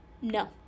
No